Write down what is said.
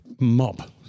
mob